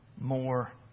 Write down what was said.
more